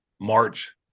March